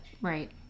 Right